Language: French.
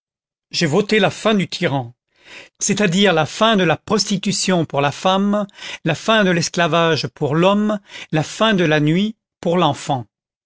j'ai voté la fin du tyran c'est-à-dire la fin de la prostitution pour la femme la fin de l'esclavage pour l'homme la fin de la nuit pour l'enfant